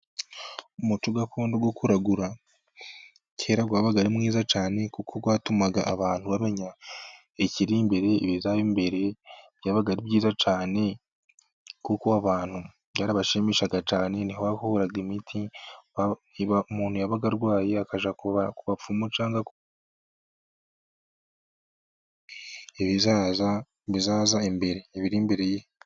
Umuco gakondo wo kuragura, kera wabaga ari mwiza cyane, kuko watumaga abantu bamenya ikiri imbere, ibizaba imbere, byabaga ari byiza cyane, kuko abantu byarabashimishaga cyane, ntiho bakuraga imiti, umuntu yabaga arwaye akajya ku ba pfumu .